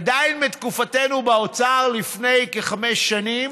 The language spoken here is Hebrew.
עדיין, בתקופתנו באוצר, לפני כחמש שנים,